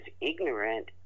ignorant